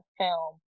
film